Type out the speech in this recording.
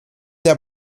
der